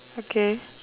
okay